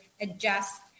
adjust